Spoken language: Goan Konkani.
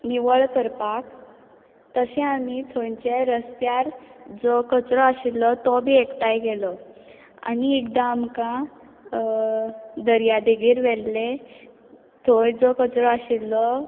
निवळ करपाक तशें आमी थंयचे रस्त्यार जो कचरो आशिल्लो तो बी एकठांय केलो आनी एकदां आमकां दर्यादेगेर व्हेल्लें थंय जो कचरो आशिल्लो